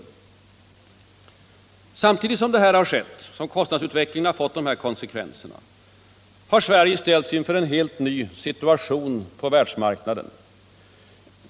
Samtidigt som kostnadsutvecklingen fått dessa konsekvenser har Sverige ställts inför en helt ny situation på världsmarknaden.